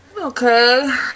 Okay